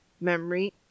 memory